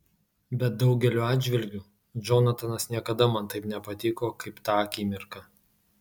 bet daugeliu atžvilgių džonatanas niekada man taip nepatiko kaip tą akimirką